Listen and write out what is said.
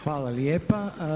Hvala lijepa.